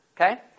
Okay